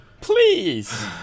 Please